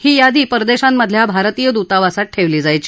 ही यादी परदेशांमधल्या भारतीय दुतावासात ठेवली जायची